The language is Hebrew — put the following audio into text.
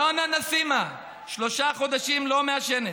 אלונה נסימה, שלושה חודשים לא מעשנת,